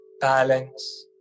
balance